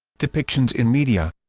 depictions in media